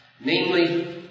Namely